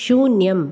शून्यम्